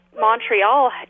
Montreal